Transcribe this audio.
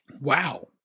Wow